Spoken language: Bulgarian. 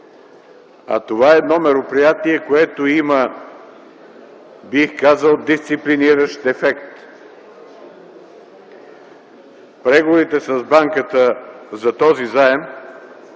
Това е мероприятие, което има – бих казал – дисциплиниращ ефект. Преговорите с Банката за този заем,